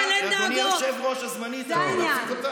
תשתקי, תשתקי, בבקשה.